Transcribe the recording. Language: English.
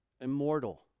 immortal